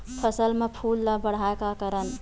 फसल म फूल ल बढ़ाय का करन?